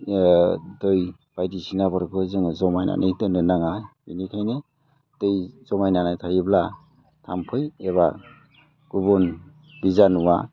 दै बायदिसिनाफोरखौ जोङो जमायनानै दोननो नाङा मानोना दै जमायनानै थायोब्ला थाम्फै एबा गुबुन बिजानुआ